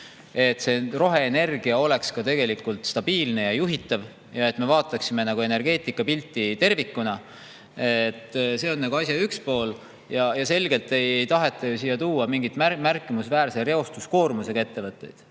et roheenergia oleks ka tegelikult stabiilne ja juhitav ning et me vaataksime energeetikapilti tervikuna. See on asja üks pool. Selgelt ei taheta ju siia tuua mingeid märkimisväärse reostuskoormusega ettevõtteid.